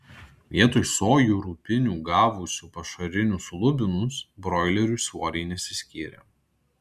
vietoj sojų rupinių gavusių pašarinius lubinus broilerių svoriai nesiskyrė